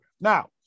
Now